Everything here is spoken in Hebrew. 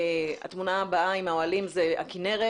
התמונה הבאה עם האוהלים זה מהכינרת,